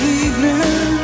evening